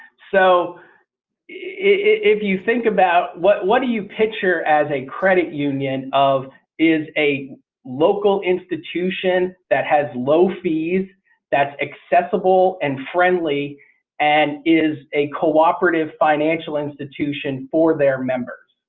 so if you think about what, what do you picture as a credit union of is a local institution that has low fees that's accessible and friendly and is a co-operative financial institution for their members.